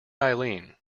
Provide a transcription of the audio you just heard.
eileen